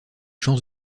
chance